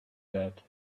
that